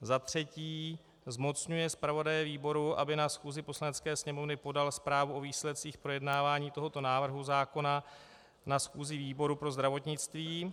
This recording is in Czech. III. zmocňuje zpravodaje výboru, aby na schůzi Poslanecké sněmovny podal zprávu o výsledcích projednávání tohoto návrhu zákona na schůzi výboru pro zdravotnictví;